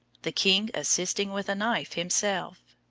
the king assisting with a knife himself.